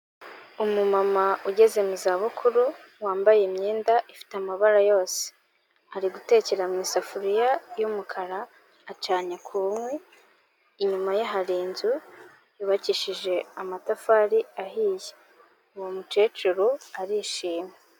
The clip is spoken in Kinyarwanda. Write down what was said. Umumama ugeze mu za bukuru, wambaye imyenda ifite amabara yose. Ari gutekera mu isafuriya y'umukara, acanye ku nkwi, inyuma ye hari inzu yubakishije amatafari ahiye. Uwo mucecuru arishimye.